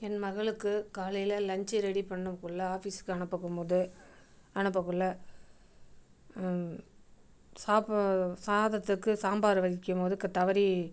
என் மகளுக்கு காலையில் lunch ready பண்ணகுள்ளே ஆஃபீஸ்க்கு அனுப்ப போகும் போது அனுப்பக்குள்ள சாப்பா சாதத்துக்கு சாம்பார் வைக்கும்போது தவறி